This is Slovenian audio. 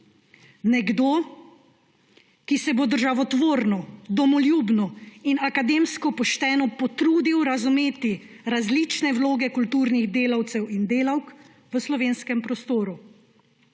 Nekdo, ki se bo državotvorno, domoljubno in akademsko pošteno potrudil razumeti različne vloge kulturnih delavcev in delavk v slovenskem prostoru.